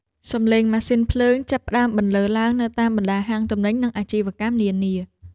សំឡេងម៉ាស៊ីនភ្លើងចាប់ផ្តើមបន្លឺឡើងនៅតាមបណ្តាហាងទំនិញ និងអាជីវកម្មនានា។